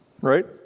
Right